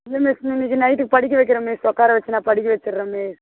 இல்லை மிஸ் இன் இன்றைக்கி நைட்டுக்கு படிக்க வைக்கிறேன் மிஸ் உட்கார வச்சி நான் படிக்க வச்சிடுறேன் மிஸ்